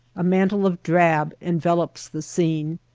a mantle of drab envelops the scene,